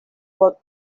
but